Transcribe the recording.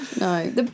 No